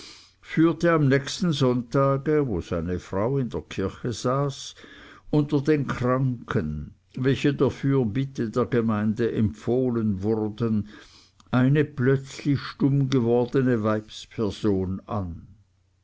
führte am nächsten sonntage wo seine frau in der kirche saß unter den kranken welche der fürbitte der gemeinde empfohlen wurden eine plötzlich stumm gewordene weibsperson an